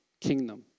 kingdom